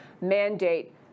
mandate